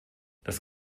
das